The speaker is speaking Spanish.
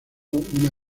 una